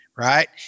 Right